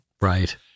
Right